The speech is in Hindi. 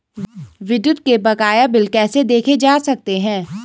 विद्युत के बकाया बिल कैसे देखे जा सकते हैं?